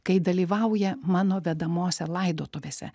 kai dalyvauja mano vedamose laidotuvėse